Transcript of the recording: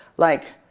like